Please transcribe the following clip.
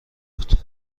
بود